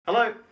Hello